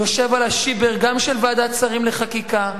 יושב על ה"שיבר" גם של ועדת שרים לחקיקה,